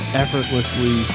effortlessly